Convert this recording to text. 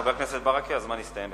חבר הכנסת ברכה, הזמן הסתיים.